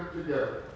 together